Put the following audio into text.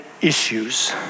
issues